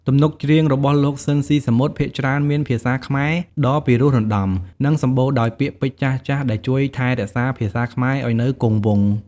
ទំនុកច្រៀងរបស់លោក ស៊ីន ស៊ីសាមុត ភាគច្រើនមានភាសាខ្មែរដ៏ពីរោះរណ្ដំ និងសម្បូរដោយពាក្យពេចន៍ចាស់ៗ ដែលជួយថែរក្សាភាសាខ្មែរឱ្យនៅគង់វង្ស ។